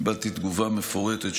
קיבלתי תגובה מפורטת,